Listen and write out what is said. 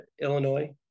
Illinois